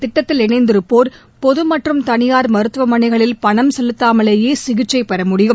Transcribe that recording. திட்டத்தில் இணைந்திருப்போர் பொது மற்றும் தனியார் மருத்துவமனைகளில் பணம் இந்த செலுத்தாமலேயே சிகிச்சை பெறமுடியும்